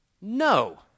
no